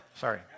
sorry